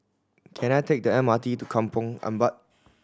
can I take the M R T to Kampong Ampat